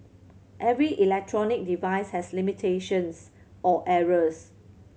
every electronic device has limitations or errors